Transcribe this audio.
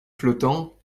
flottant